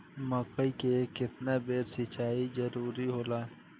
मकई मे केतना बेर सीचाई जरूरी होला?